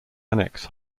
annex